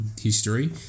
history